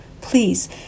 Please